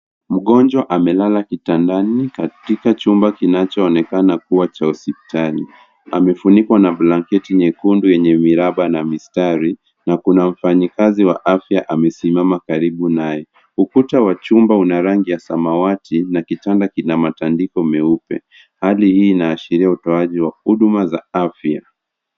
Mgonjwa amelala kitandani katika chumba kinachoonekana kuwa cha hospitali. Amefunikwa na blanketi nyekundu yenye miraba na mistari na kuna mfanyikazi wa afya amesimama karibu naye. Ukuta wachumba una rangi ya samawati na kitanda kina matandiko meupe. Hali hii inaashiria utoaji wa huduma za afya.